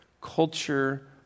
Culture